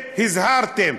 והוזהרתם.